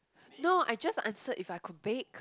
no I just answered if I could bake